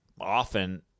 often